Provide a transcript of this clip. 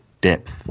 depth